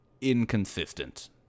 inconsistent